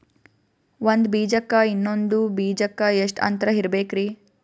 ಒಂದ್ ಬೀಜಕ್ಕ ಇನ್ನೊಂದು ಬೀಜಕ್ಕ ಎಷ್ಟ್ ಅಂತರ ಇರಬೇಕ್ರಿ?